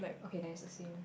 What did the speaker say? okay then it's the same